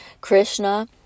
Krishna